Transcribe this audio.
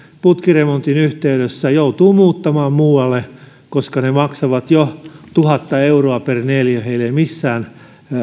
putkiremontin yhteydessä joutuu muuttamaan muualle koska ne maksavat jo tuhat euroa per neliö heillä ei missään